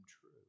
true